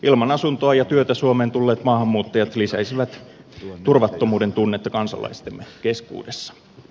ilman asuntoa ja työtä suomeen tulleet maahanmuuttajat lisäisivät turvattomuuden tunnetta kansalaistemme keskuudessa